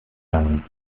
lang